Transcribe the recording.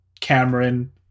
Cameron